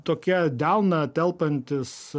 tokie delną telpantis